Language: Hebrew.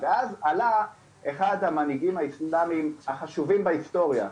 ואז עלה אחד המנהיגים האסלאמיים החשובים בהיסטוריה,